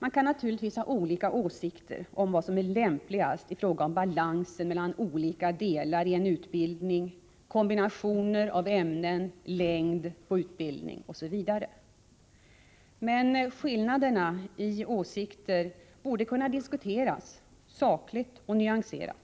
Naturligtvis finns det alltid olika åsikter om vad som är lämpligast i fråga om balansen mellan olika delar av en utbildning, kombinationer av ämnen, längd på utbildningen, osv. Men skillnaderna i åsikter borde kunna diskuteras sakligt och nyanserat.